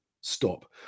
stop